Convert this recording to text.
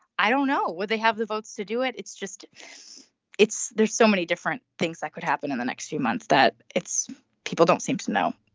i don't know. they have the votes to do it. it's just it's there's so many different things that could happen in the next few months that its people don't seem to know